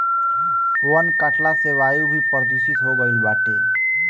वन कटला से वायु भी प्रदूषित हो गईल बाटे